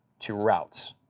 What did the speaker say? to routes.